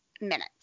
minutes